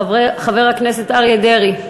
חבר הכנסת אריה דרעי,